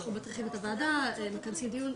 אנחנו מטריחים את הוועדה ומכנסים דיון.